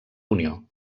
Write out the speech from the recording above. unió